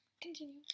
Continue